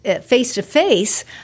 face-to-face